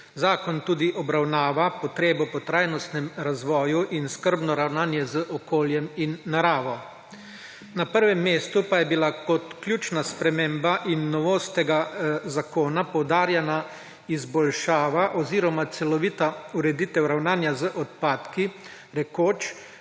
Zakon tudi obravnava potrebo po trajnostnem razvoju in skrbno ravnanje z okoljem in naravo. Na prvem mestu pa je bila kot ključna sprememba in novost tega zakona poudarjena izboljšava oziroma celovita ureditev ravnanja z odpadki, rekoč,